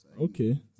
Okay